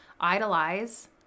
idolize